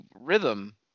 rhythm